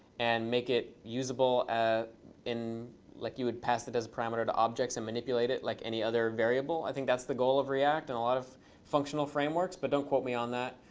and make it usable ah in like you would pass it as a parameter to objects and manipulate it like any other variable. i think that's the goal of react and a lot of functional frameworks. but don't quote me on that.